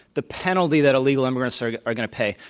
the penalty that illegal immigrants are are going to pay,